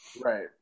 right